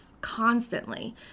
constantly